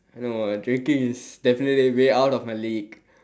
no drinking is definitely way out of my league